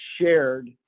shared